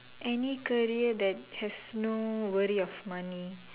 any career that has no worry of money